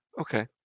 Okay